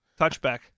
touchback